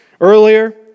earlier